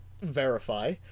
Verify